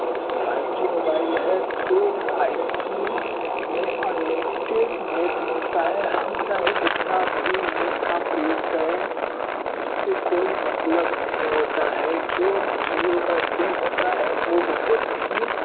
five G mobile है तो five G में अनलिमिटेड नेट मिलता है हम चाहे जितना भी नेट का प्रयोग करें उससे कोई मतलब नहीं होता है जो जिओ का सिम होता है वह बहुत ही